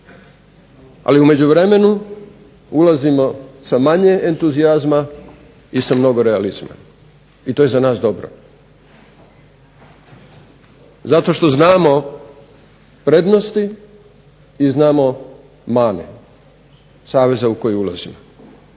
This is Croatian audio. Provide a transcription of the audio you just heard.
ali u međuvremenu ulazimo sa manje entuzijazma i sa mnogo realizma i to je za nas dobro zato što znamo prednosti i znamo mane saveza u koji ulazimo.